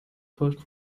first